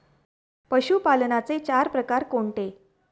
पशुपालनाचे चार प्रकार कोणते?